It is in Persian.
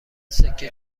سکه